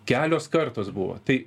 kelios kartos buvo tai